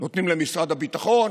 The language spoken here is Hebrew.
נותנים למשרד הביטחון